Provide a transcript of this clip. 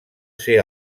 ser